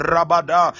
Rabada